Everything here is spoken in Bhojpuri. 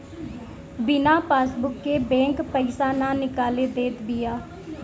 बिना पासबुक के बैंक पईसा ना निकाले देत बिया